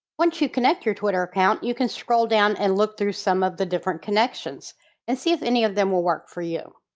once you connect your twitter account, you can scroll down and look through some of the different connections and see if any of them will work for you.